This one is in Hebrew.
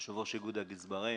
אליהם?